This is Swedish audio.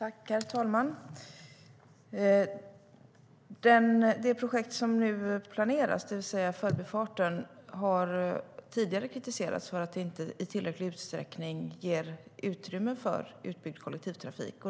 Herr talman! Det projekt som planeras, det vill säga Förbifarten, har tidigare kritiserats för att inte i tillräcklig utsträckning ge utrymme för utbyggd kollektivtrafik.